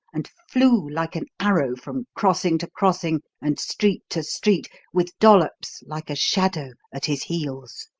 and flew like an arrow from crossing to crossing and street to street with dollops, like a shadow, at his heels.